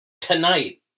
Tonight